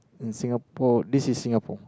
in Singapore this is Singapore